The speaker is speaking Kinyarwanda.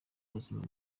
buzima